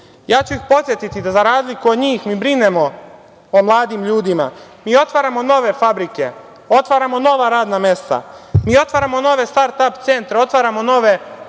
Ja ću ih podsetiti da za razliku od njih mi brinemo o mladim ljudima. Mi otvaramo nove fabrike, otvaramo nova radna mesta, otvaramo nove startap centre, otvaramo nove